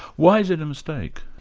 why is it a mistake?